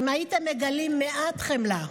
אם הייתם מגלים מעט חמלה,